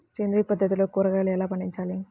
సేంద్రియ పద్ధతిలో కూరగాయలు ఎలా పండించాలి?